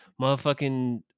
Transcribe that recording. motherfucking